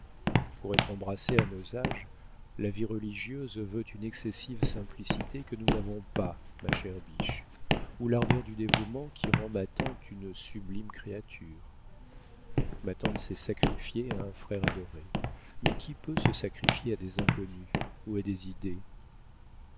pour être embrassée à nos âges la vie religieuse veut une excessive simplicité que nous n'avons pas ma chère biche ou l'ardeur du dévouement qui rend ma tante une sublime créature ma tante s'est sacrifiée à un frère adoré mais qui peut se sacrifier à des inconnus ou à des idées